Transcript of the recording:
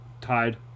tied